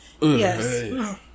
Yes